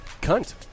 Cunt